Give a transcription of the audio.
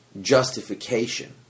justification